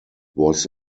was